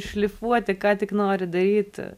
šlifuoti ką tik nori daryt